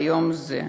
ביום זה,